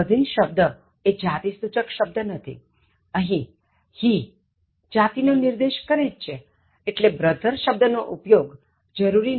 Cousin શબ્દ જાતિ સૂચક નથી અહીં He જાતિ નો નિર્દેશ કરે જ છેએટલે brother શબ્દ નો ઉપયોગ જરૂરી નથી